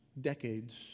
decades